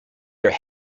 their